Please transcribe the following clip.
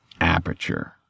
aperture